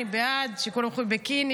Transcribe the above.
אני בעד שכולם ילכו עם ביקיני,